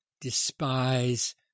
despise